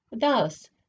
Thus